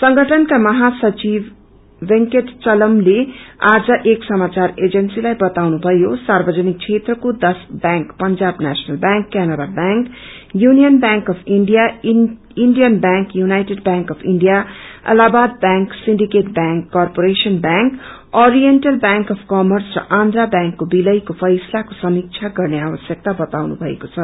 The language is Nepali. संगठनका महासचिव वेंकटचलमले आज एक समाचार एजेन्सीलाई बतानुभयो सार्वजनिक क्षेत्रको दश bank Punjab national bank Canara bank union bank of India Indian bank united bank of India Allahabad bank syndicate bank corporation bank oriental bank of commerce र आन्द्रा ब्यांकको बिलयको फैसलाको समीक्षा गर्ने आवश्यक्ता बताउनु भएको छ